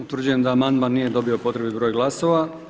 Utvrđujem da amandman nije dobio potreban broj glasova.